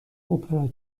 اپرا